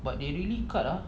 but they really cut ah